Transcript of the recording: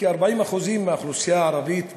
כ-40% מהאוכלוסייה הערבית בנגב,